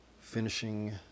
finishing